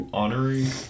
honorary